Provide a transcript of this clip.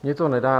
Mně to nedá.